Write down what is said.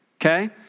Okay